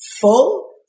full